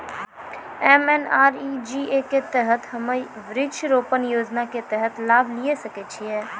MNREGA के तहत हम्मय वृक्ष रोपण योजना के तहत लाभ लिये सकय छियै?